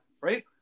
right